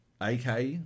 AK